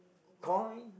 coin